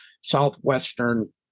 southwestern